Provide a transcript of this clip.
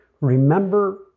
Remember